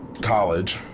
College